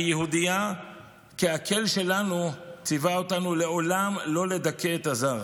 אני יהודייה כי האל שלנו ציווה אותנו לעולם לא לדכא את הזר.